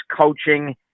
coaching